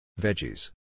Veggies